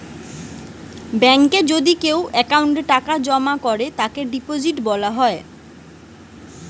বেঙ্কে যদি কেও অ্যাকাউন্টে টাকা জমা করে তাকে ডিপোজিট বলতিছে